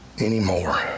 anymore